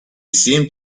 seemed